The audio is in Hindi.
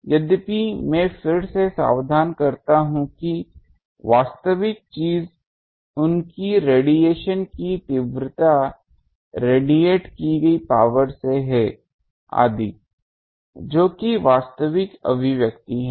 यद्यपि मैं फिर से सावधान करता हूं कि वास्तविक चीज उनकी रेडिएशन की तीव्रता रेडिएट की गई पावर से है आदि जो कि वास्तविक अभिव्यक्ति है